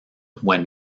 when